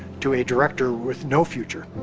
to a director with no future.